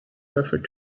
referred